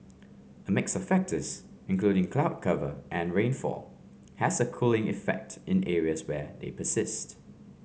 a mix of factors including cloud cover and rainfall has a cooling effect in areas where they persist